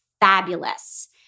fabulous